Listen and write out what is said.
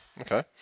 Okay